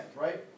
right